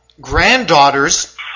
granddaughters